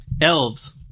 Elves